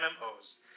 MMOs